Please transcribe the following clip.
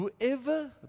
Whoever